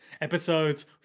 episodes